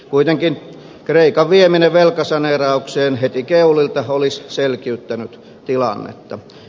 kuitenkin kreikan vieminen velkasaneeraukseen heti keulilta olisi selkiyttänyt tilannetta